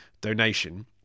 donation